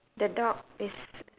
the dog is